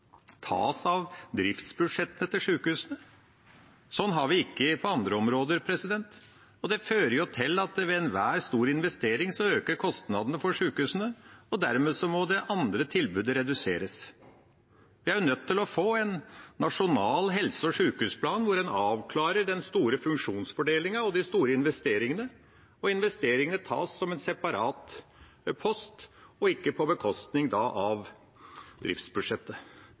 tas av driftsbudsjettet til sjukehusene. Sånn har vi det ikke på andre områder. Det fører til at ved enhver stor investering øker kostnadene for sjukehusene, og dermed må det andre tilbudet reduseres. Vi er nødt til å få en nasjonal helse- og sjukehusplan hvor en avklarer den store funksjonsfordelingen og de store investeringene, og der investeringene tas som en separat post, og ikke på bekostning av driftsbudsjettet.